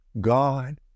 God